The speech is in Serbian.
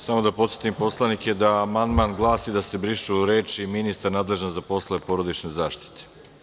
Samo da podsetim poslanike da amandman glasi da se brišu reči – ministar nadležan za poslove porodične zaštite.